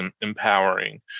empowering